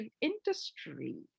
industry